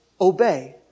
obey